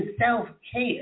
self-care